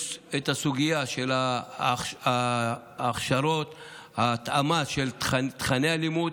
יש את הסוגיה של ההכשרות, ההתאמה של תוכני הלימוד.